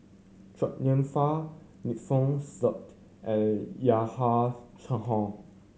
Chua Nam Hai Alfian Sa'at and Yahya Cohen